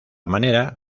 manera